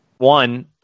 One